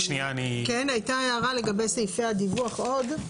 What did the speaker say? הייתה הערה לגבי סעיפי הדיווח עוד.